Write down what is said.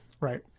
Right